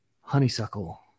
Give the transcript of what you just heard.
honeysuckle